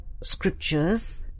scriptures